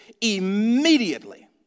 immediately